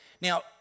Now